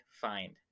find